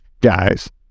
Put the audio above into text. guys